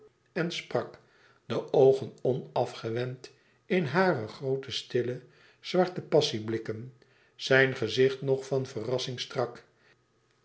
en sprak de oogen onafgewend in hare groote stille zwarte passieblikken zijn gezicht nog van verrassing strak